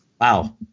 wow